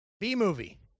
B-movie